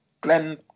Glenn